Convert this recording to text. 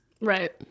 Right